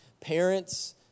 Parents